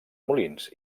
molins